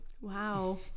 Wow